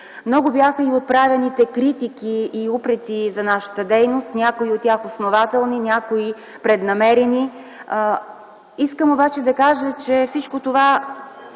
Много бяха и отправените критики и упреци за нашата дейност, някои от тях основателни, някои - преднамерени. Искам обаче да кажа, че всичко това